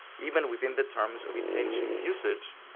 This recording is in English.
even within the terms of its ancient usage,